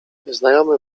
znajomy